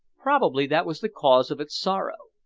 probably that was the cause of its sorrow.